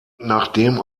nachdem